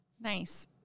nice